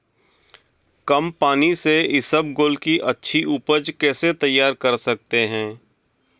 कम पानी से इसबगोल की अच्छी ऊपज कैसे तैयार कर सकते हैं?